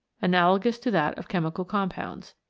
analogous to that of chemical compounds.